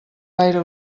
gaire